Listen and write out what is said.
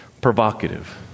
provocative